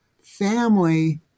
family